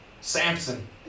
Samson